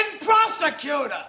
prosecutor